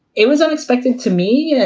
it was unexpected to me.